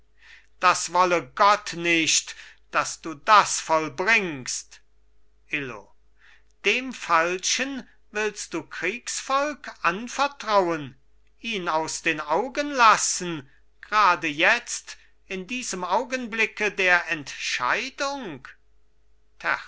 das wolle gott nicht daß du das vollbringst illo dem falschen willst du kriegsvolk anvertrauen ihn aus den augen lassen grade jetzt in diesem augenblicke der entscheidung